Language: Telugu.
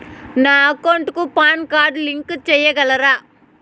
నా అకౌంట్ కు పాన్ కార్డు లింకు సేయగలరా?